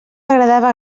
agradava